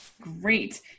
Great